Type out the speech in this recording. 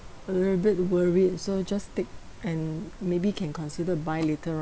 a little bit worried so just take and maybe can consider to buy later on